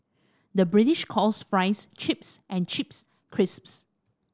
the British calls fries chips and chips crisps